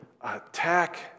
attack